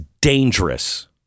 dangerous